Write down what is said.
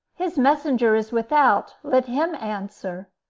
his messenger is without let him answer.